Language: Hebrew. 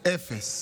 אפס.